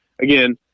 again